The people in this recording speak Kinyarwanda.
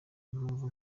impamvu